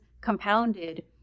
compounded